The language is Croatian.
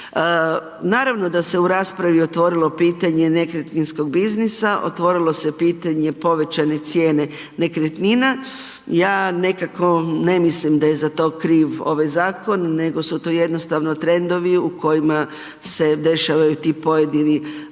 Naravno da se u raspravi otvorilo pitanje nekretninskog biznisa, otvorilo se pitanje povećane cijene nekretnina. Ja nekako ne mislim da je za to kriv ovaj zakon nego su to jednostavno trendovi u kojima se dešavaju ti pojedini